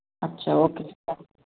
అచ్చా okay done